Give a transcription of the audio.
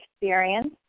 experience